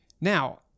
Now